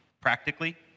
practically